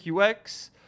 UX